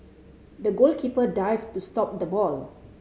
the goalkeeper dived to stop the ball